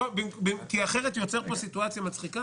אחרת נוצרת פה סיטואציה מצחיקה